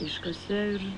iškasė ir